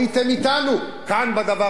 הייתם אתנו כאן,